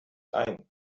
ein